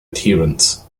adherents